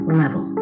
level